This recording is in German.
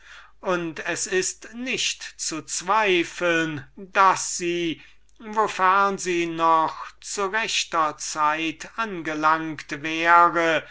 und es ist nicht zu zweifeln daß sie wofern sie noch zu rechter zeit angelangt wäre